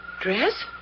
Dress